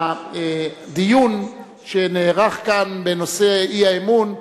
בדיון שנערך כאן בנושא האי-אמון,